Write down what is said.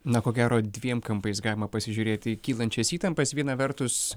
na ko gero dviem kampais galima pasižiūrėti į kylančias įtampas viena vertus